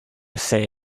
say